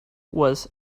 was